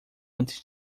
antes